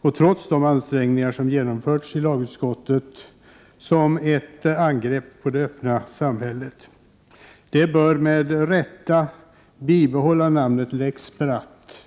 och trots alla ansträngningar i lagutskottet, som ett angrepp på det öppna samhället. Lagen bör med rätta bibehålla namnet lex Bratt.